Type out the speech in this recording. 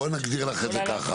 בואי נגדיר לך את זה ככה.